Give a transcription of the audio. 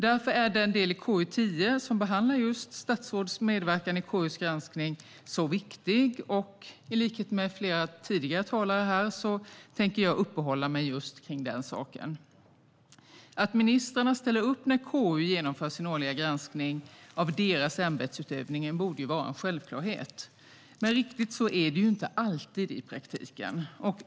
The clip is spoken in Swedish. Därför är den del i KU10 som behandlar just statsråds medverkan i KU:s granskning viktig, och i likhet med flera andra talare här tänker jag uppehålla mig just kring den saken. Att ministrarna ställer upp när KU genomför sin årliga granskning av deras ämbetsutövning borde vara en självklarhet, men riktigt så är det inte alltid i praktiken.